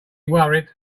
worried